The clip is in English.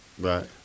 Right